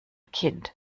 kind